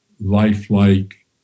lifelike